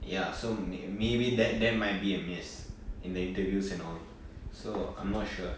ya so may maybe that that might be a miss in the interviews and all so I'm not sure